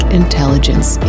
intelligence